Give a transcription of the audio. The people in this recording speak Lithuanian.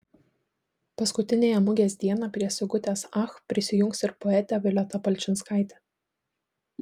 paskutiniąją mugės dieną prie sigutės ach prisijungs ir poetė violeta palčinskaitė